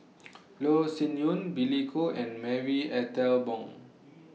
Loh Sin Yun Billy Koh and Marie Ethel Bong